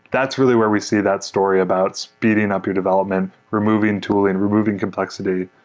that's really where we see that story about speeding up your development, removing tooling, removing complexity.